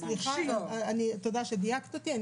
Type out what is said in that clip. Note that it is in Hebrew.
סליחה, תודה שדייקת אותי.